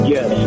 Yes